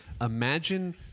Imagine